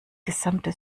gesamte